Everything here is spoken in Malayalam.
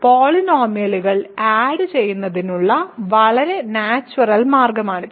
പോളിനോമിയലുകൾ ആഡ് ചെയ്യുന്നതിനുള്ള വളരെ നാച്ചുറൽ മാർഗമാണിത്